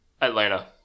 Atlanta